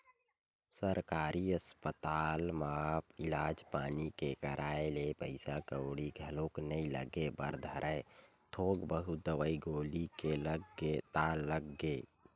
सरकारी अस्पताल म इलाज पानी के कराए ले पइसा कउड़ी घलोक नइ लगे बर धरय थोक बहुत दवई गोली के लग गे ता लग गे